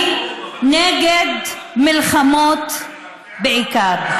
אני נגד מלחמות בעיקר.